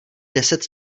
deset